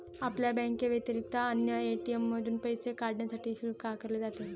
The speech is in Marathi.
आपल्या बँकेव्यतिरिक्त अन्य ए.टी.एम मधून पैसे काढण्यासाठी शुल्क आकारले जाते